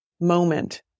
moment